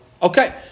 Okay